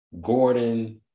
Gordon